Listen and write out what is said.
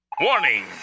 Warning